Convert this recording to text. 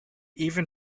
even